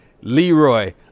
Leroy